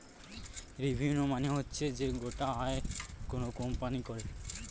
revenue মানে হচ্ছে যে গোটা আয় কোনো কোম্পানি করে